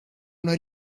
una